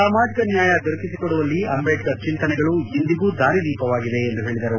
ಸಾಮಾಜಿಕ ನ್ಯಾಯ ದೊರಕಿಸಿಕೊಡುವಲ್ಲಿ ಅಂಬೇಡ್ಕರ್ ಚಿಂತನೆಗಳು ಇಂದಿಗೂ ದಾರಿ ದೀಪವಾಗಿವೆ ಎಂದು ಹೇಳಿದರು